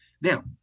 Now